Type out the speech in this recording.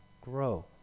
grow